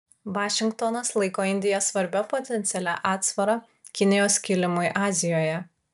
vašingtonas laiko indiją svarbia potencialia atsvara kinijos kilimui azijoje